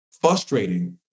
frustrating